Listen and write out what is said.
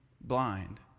blind